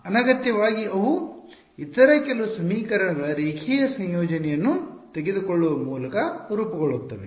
ಅನಗತ್ಯವಾಗಿ ಅವು ಇತರ ಕೆಲವು ಸಮೀಕರಣಗಳ ರೇಖೀಯ ಸಂಯೋಜನೆಯನ್ನು ತೆಗೆದುಕೊಳ್ಳುವ ಮೂಲಕ ರೂಪುಗೊಳ್ಳುತ್ತವೆ